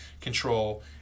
control